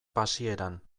pasieran